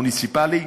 המוניציפלי,